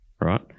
right